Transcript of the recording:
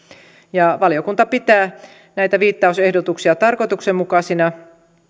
valiokunta pitää näitä viittausehdotuksia tarkoituksenmukaisina